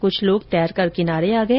कुछ लोग तैरकर किनारे आ गए